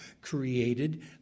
created